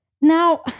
Now